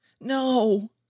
No